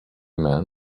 man